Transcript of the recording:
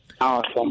Awesome